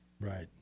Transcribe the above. right